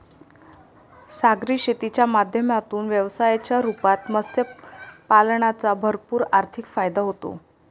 सागरी शेतीच्या माध्यमातून व्यवसायाच्या रूपात मत्स्य पालनाचा भरपूर आर्थिक फायदा होतो